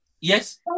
yes